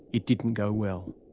it didn't go well.